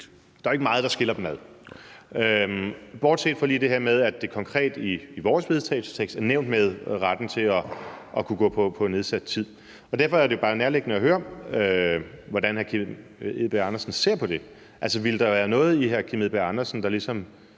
der jo ikke meget, der skiller dem, bortset lige fra det her med, at der konkret i vores vedtagelsestekst er nævnt det her med retten til at kunne gå på nedsat tid. Derfor er det bare nærliggende at høre, hvordan hr. Kim Edberg Andersen ser på det. Altså, ville der egentlig være noget i hr. Kim Edberg Andersen, der ville